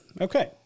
Okay